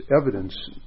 evidence